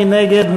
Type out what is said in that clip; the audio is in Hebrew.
מי נגד?